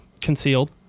concealed